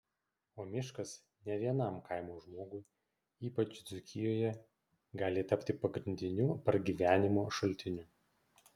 o miškas ne vienam kaimo žmogui ypač dzūkijoje gali tapti pagrindiniu pragyvenimo šaltiniu